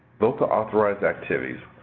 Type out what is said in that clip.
voca-authorized activities.